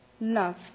love